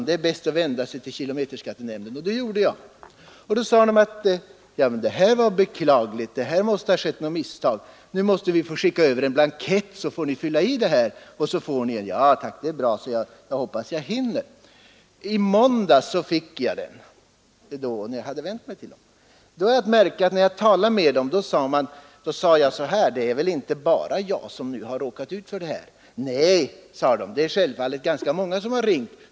— Det är bäst att vända sig till kilometerskattenämnden. Det gjorde jag. Där sade man: 3 — Detta var beklagligt. Här måste ha skett något misstag. Nu måste vi få skicka över en blankett så får ni fylla i den och sedan får ni en kilometerräknare. — Tack, det är bra. Jag hoppas jag hinner få den inmonterad i tid. Det är väl inte bara jag som nu har råkat ut för detta? — Nej då, det är självfallet ganska många som har ringt.